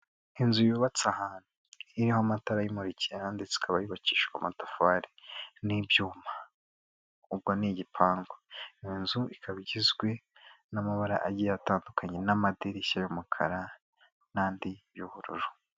Inzu yubatse ahantu, iriho amatara ayimurikiye ndetse ikaba yubakishijwe amatafari n'ibyuma ubwo ni igipangu, iyo inzu ikaba igizwe n'amabara atandukanye n'amadirishya y'umukara n'andi y'ubururu.